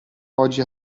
oggi